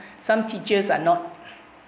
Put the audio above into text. some teachers are not